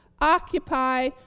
occupy